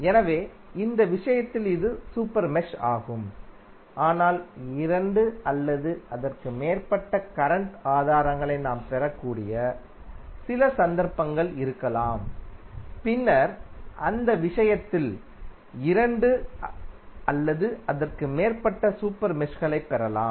எனவே இந்த விஷயத்தில் இது சூப்பர் மெஷ் ஆகும் ஆனால் இரண்டு அல்லது அதற்கு மேற்பட்ட கரண்ட் ஆதாரங்களை நாம் பெறக்கூடிய சில சந்தர்ப்பங்கள் இருக்கலாம் பின்னர் அந்த விஷயத்தில் இரண்டு அல்லது அதற்கு மேற்பட்ட சூப்பர் மெஷ்களைப் பெறலாம்